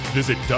Visit